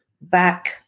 back